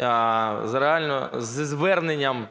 а реально зі зверненням